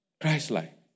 Christ-like